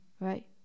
right